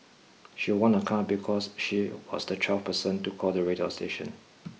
she won a car because she was the twelfth person to call the radio station